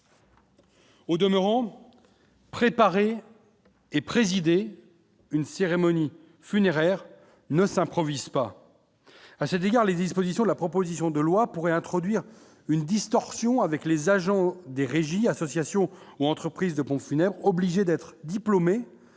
Au demeurant, préparé. Et présidé une cérémonie funéraire ne s'improvise pas, à cet égard les dispositions de la proposition de loi pourrait introduire une distorsion avec les agents des régies, associations ou entreprises de pompes funèbres obligé d'être diplômé